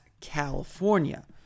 California